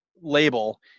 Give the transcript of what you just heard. label